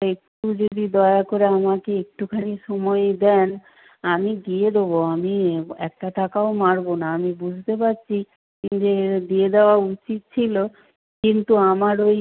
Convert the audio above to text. একটু যদি দয়া করে আমাকে একটুখানি সময় দেন আমি দিয়ে দেবো আমি একটা টাকাও মারব না আমি বুঝতে পারছি যে দিয়ে দেওয়া উচিত ছিল কিন্তু আমার ওই